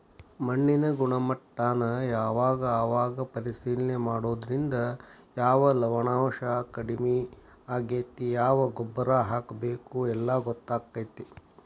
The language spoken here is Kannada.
ಮಣ್ಣಿನ ಗುಣಮಟ್ಟಾನ ಅವಾಗ ಅವಾಗ ಪರೇಶಿಲನೆ ಮಾಡುದ್ರಿಂದ ಯಾವ ಲವಣಾಂಶಾ ಕಡಮಿ ಆಗೆತಿ ಯಾವ ಗೊಬ್ಬರಾ ಹಾಕಬೇಕ ಎಲ್ಲಾ ಗೊತ್ತಕ್ಕತಿ